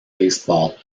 baseball